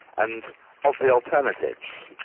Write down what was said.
and of the alternatives,